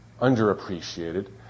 underappreciated